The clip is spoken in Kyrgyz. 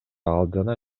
алдына